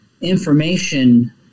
information –